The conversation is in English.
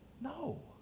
No